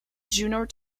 junior